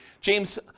James